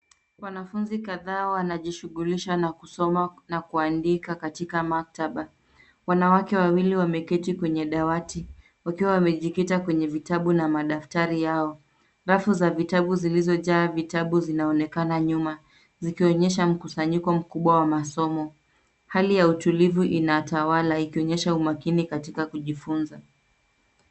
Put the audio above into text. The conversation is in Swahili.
Wanafunzi kadhaa wanajishughulisha na kusoma na kuandika katika maktaba. Wanawake wawili wameketi kwenye dawati, wakiwa wamejikita kwenye vitabu na madaftari yao. Rafu za vitabu zilizojaa vitabu zinaonekana nyuma, zikionyesha mkusanyiko mkubwa wa masomo. Hali ya utulivu inatawala ikionyesha umakini katika kujifunza.